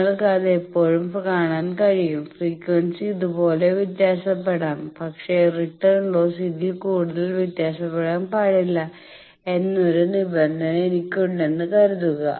നിങ്ങൾക്ക് അത് എപ്പോഴും കാണാൻ കഴിയും ഫ്രീക്വൻസി ഇതുപോലെ വ്യത്യാസപ്പെടാം പക്ഷേ റിട്ടേൺ ലോസ് ഇതിൽ കൂടുതൽ വ്യത്യാസപെടാൻ പാടില്ല എന്നൊരു നിബന്ധന എനിക്കുണ്ടെന്ന് കരുതുക